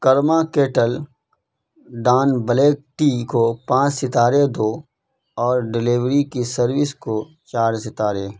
کرما Kettle ڈان black tea کو پانچ ستارے دو اور ڈلیوری کی سروس کو چار ستارے